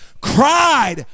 cried